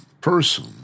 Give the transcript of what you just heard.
person